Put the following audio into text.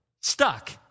stuck